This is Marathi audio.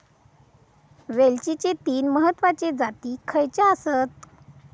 वेलचीचे तीन महत्वाचे जाती खयचे आसत?